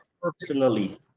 personally